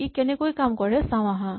ই কেনেকৈ কাম কৰে চাওঁ আহাঁ